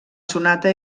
sonata